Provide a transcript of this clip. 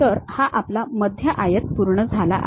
तर आपला हा मध्य आयत पूर्ण झाला आहे